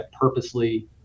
purposely